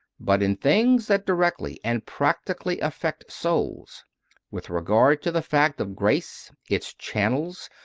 but in things that directly and practically affect souls with regard to the fact of grace, its channels,